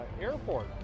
airport